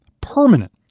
permanent